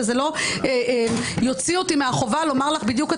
וזה לא יוציא אותי מהחובה לומר לך בדיוק את